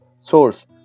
Source